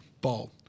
ball